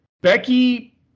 Becky